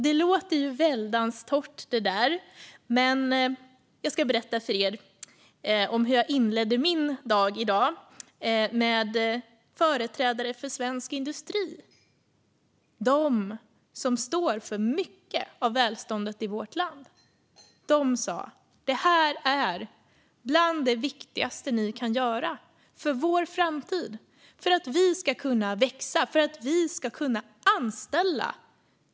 Det låter väldigt torrt, men låt mig berätta för er hur jag inledde min dag i dag. Jag inledde den med att träffa företrädare för svensk industri - de som står för mycket av välståndet i vårt land. De sa: Detta är bland det viktigaste ni kan göra för vår framtid, för att vi ska kunna växa och anställa.